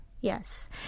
Yes